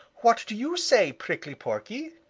what do you say, prickly porky?